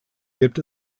gibt